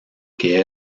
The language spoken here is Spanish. que